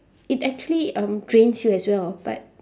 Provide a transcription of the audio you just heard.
it actually um trains you as well but